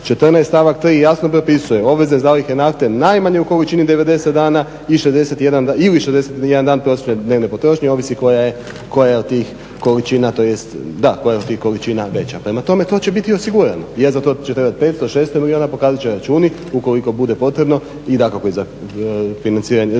14.stavak 3.jasno propisuje obveze zalihe nafte najmanje u količini 90 dana ili 61 dan prosječne dnevne potrošnje ovisi koja je od tih količina veća, prema tome to će biti osigurano. Jest da će za to trebati 500, 600 milijuna pokazat će računi ukoliko bude potrebno i dakako i za funkcioniranje